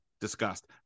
discussed